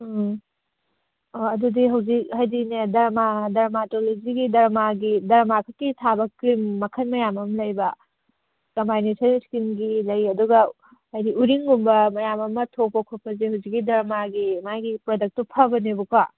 ꯎꯝ ꯑꯣ ꯑꯗꯨꯗꯤ ꯍꯧꯖꯤꯛ ꯍꯥꯏꯗꯤꯅꯦ ꯗꯔꯃꯥꯇꯣꯂꯣꯖꯤꯒꯤ ꯗꯔꯃꯥꯒꯤ ꯗꯔꯃꯥ ꯈꯛꯀꯤ ꯁꯥꯕ ꯀ꯭ꯔꯤꯝ ꯃꯈꯜ ꯃꯌꯥꯝ ꯑꯃ ꯂꯩꯌꯦꯕ ꯀꯝꯕꯥꯏꯅꯦꯁꯟ ꯁ꯭ꯀꯤꯟꯒꯤ ꯂꯩ ꯑꯗꯨꯒ ꯍꯥꯏꯗꯤ ꯎꯔꯤꯡꯒꯨꯝꯕ ꯃꯌꯥꯝ ꯑꯃ ꯊꯣꯛꯄ ꯈꯣꯠꯄꯁꯦ ꯍꯧꯖꯤꯛꯀꯤ ꯗꯔꯃꯥꯒꯤ ꯃꯥꯒꯤ ꯄ꯭ꯔꯗꯛꯇꯨ ꯐꯕꯅꯦꯕꯀꯣ